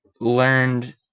learned